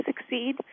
succeed